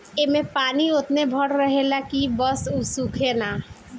ऐमे पानी ओतने भर रहेला की बस उ सूखे ना